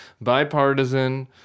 bipartisan